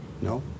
No